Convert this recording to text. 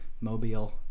Mobile